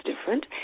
different